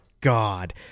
god